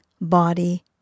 body